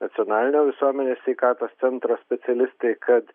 nacionalinio visuomenės sveikatos centro specialistai kad